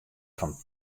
fan